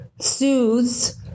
soothes